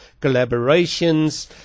collaborations